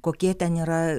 kokie ten yra